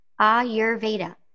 Ayurveda